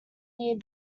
near